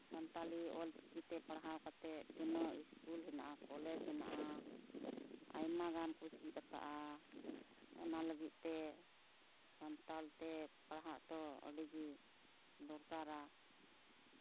ᱥᱟᱱᱛᱟᱞᱤ ᱚᱞᱪᱤᱠᱤ ᱛᱮ ᱯᱟᱲᱦᱟᱣ ᱠᱟᱛᱮᱜ ᱛᱤᱱᱟᱹᱜ ᱤᱥᱠᱩᱞ ᱦᱮᱱᱟᱜᱼᱟ ᱠᱚᱞᱮᱡᱽ ᱦᱮᱱᱟᱜᱼᱟ ᱟᱭᱢᱟᱜᱟᱱ ᱠᱚ ᱪᱮᱫ ᱟᱠᱟᱜᱼᱟ ᱚᱱᱟ ᱞᱟᱹᱜᱤᱫ ᱛᱮ ᱥᱟᱱᱛᱟᱞ ᱛᱮ ᱯᱟᱲᱦᱟᱜ ᱫᱚ ᱟᱹᱰᱤᱜᱮ ᱫᱚᱨᱠᱟᱨᱟ